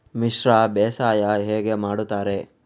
ಮಿಶ್ರ ಬೇಸಾಯ ಹೇಗೆ ಮಾಡುತ್ತಾರೆ?